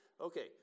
Okay